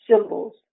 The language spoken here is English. symbols